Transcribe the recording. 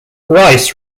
reis